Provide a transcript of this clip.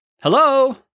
Hello